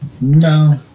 No